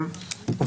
אם